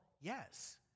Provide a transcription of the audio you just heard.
yes